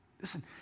Listen